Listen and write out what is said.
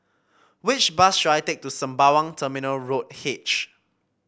which bus should I take to Sembawang Terminal Road H